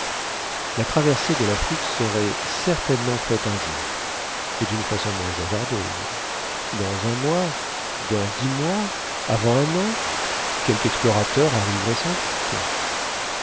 la traversée de l'afrique serait certainement faite un jour et d'une façon moins hasardeuse dans un mois dans dix mois avant un an quelque explorateur arriverait sans doute